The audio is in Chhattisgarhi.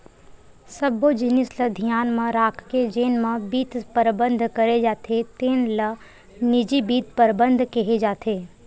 सब्बो जिनिस ल धियान म राखके जेन म बित्त परबंध करे जाथे तेन ल निजी बित्त परबंध केहे जाथे